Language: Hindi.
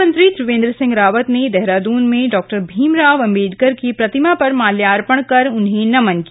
मुख्यमंत्री त्रियेंद्र सिंह रावत ने देहरादन में डॉ भीमराव अंबेडकर की प्रतिमा पर माल्यार्पण कर उन्हें नमन किया